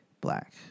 black